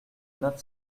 neuf